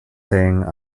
saying